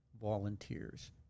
volunteers